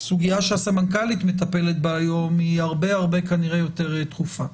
הסוגיה שהסמנכ"לית מטפלת בה היום היא כנראה הרבה יותר דחופה.